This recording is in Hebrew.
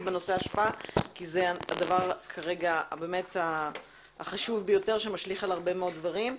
בנושא אשפה כי זה הדבר כרגע החשוב ביותר שמשליך על הרבה מאוד דברים.